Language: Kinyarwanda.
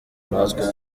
natwe